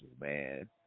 man